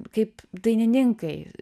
kaip dainininkai